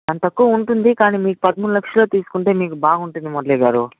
తక్కువ ఉంటుంది కానీ మీరు పదమూడు లక్షలో తీసుకుంటే మీకు బాగుంటుంది మురళి గారు